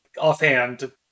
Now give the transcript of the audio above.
offhand